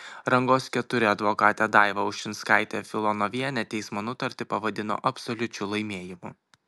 rangos iv advokatė daiva ušinskaitė filonovienė teismo nutartį pavadino absoliučiu laimėjimu